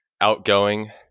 outgoing